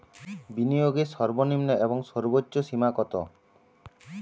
বিনিয়োগের সর্বনিম্ন এবং সর্বোচ্চ সীমা কত?